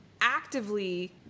actively